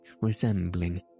resembling